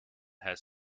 has